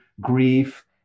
grief